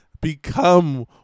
become